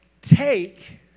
take